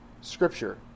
scripture